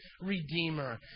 Redeemer